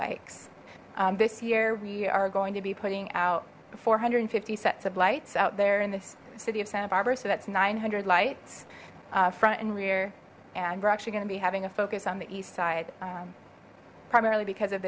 bikes this year we are going to be putting out four hundred and fifty sets of lights out there in the city of santa barbara so that's nine hundred lights front and rear and we're actually gonna be having a focus on the east side primarily because of